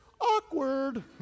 awkward